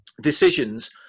decisions